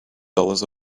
dollars